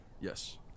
Yes